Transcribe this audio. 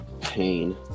Pain